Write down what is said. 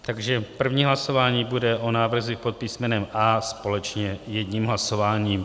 Takže první hlasování bude o návrzích pod písmenem A společně jedním hlasováním.